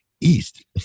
East